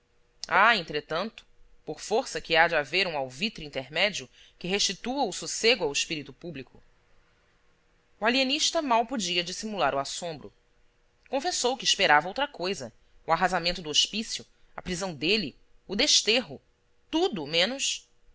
dissolvida há entretantopor força que há de haver um alvitre intermédio que restitua o sossego ao espírito público o alienista mal podia dissimular o assombro confessou que esperava outra coisa o arrasamento do hospício a prisão dele o desterro tudo menos